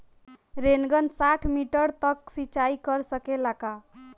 Rain gun साठ metre तक सिचाई कर सकेला का?